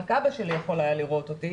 רק אבא שלי היה יכול לראות אותי